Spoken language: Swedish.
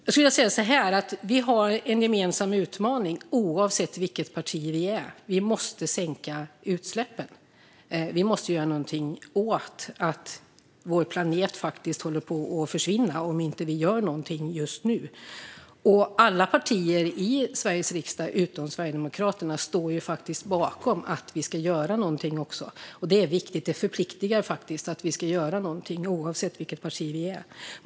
Jag skulle vilja säga så här: Vi har en gemensam utmaning oavsett vilket parti vi tillhör. Vi måste sänka utsläppen. Vi måste göra någonting åt att vår planet håller på att försvinna om vi inte gör någonting nu. Alla partier i Sveriges riksdag utom Sverigedemokraterna står bakom att vi ska göra någonting. Det är viktigt, och det förpliktar. Vi ska göra någonting oavsett vilket parti vi tillhör.